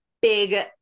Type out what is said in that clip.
big